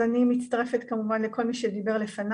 אני מצטרפת, כמובן, לדבריהם של כל מי שדיבר לפניי.